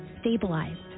stabilized